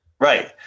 Right